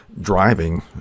driving